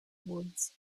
woods